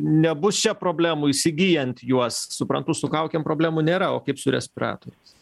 nebus čia problemų įsigyjant juos suprantu su kaukėm problemų nėra o kaip su respiratoriais